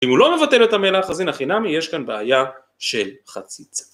אם הוא לא מבטל את המלח, אז אין הכי נמי, יש כאן בעיה של חציצה.